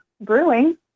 brewing